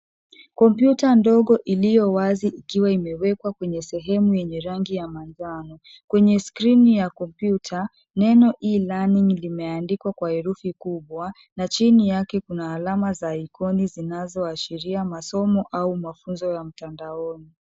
Kompyuta ndogo iliyo wazi ikiwa imewekwa kwenye sehemu yenye rangi ya manjano. Kwenye skrini ya kompyuta neno e-learning . Limeandikwa kwa herufi kubwa na chini yake kuna alama za ikoni zinazoashiria masomo au mafunzo ya mtandaoni.